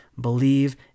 believe